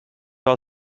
our